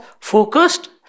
focused